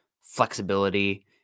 flexibility